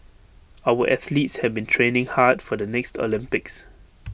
our athletes have been training hard for the next Olympics